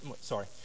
Sorry